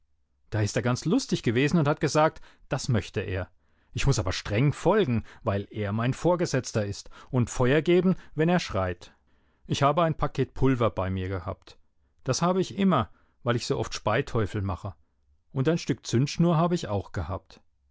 da ist er ganz lustig gewesen und hat gesagt das möchte er ich muß aber streng folgen weil er mein vorgesetzter ist und feuer geben wenn er schreit ich habe ein paket pulver bei mir gehabt das habe ich immer weil ich so oft speiteufel mache und ein stück zündschnur habe ich auch dabei gehabt